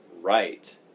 right